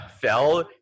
fell